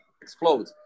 explode